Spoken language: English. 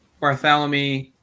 Bartholomew